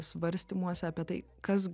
svarstymuose apie tai kas